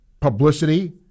publicity